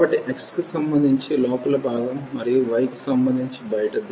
కాబట్టి x కి సంబంధించి లోపలి భాగం మరియు y కి సంబంధించి బయటిది